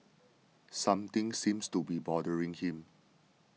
something seems to be bothering him